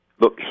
Look